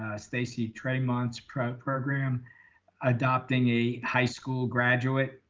stacy tremonte pro program adopting a high school graduate.